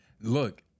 Look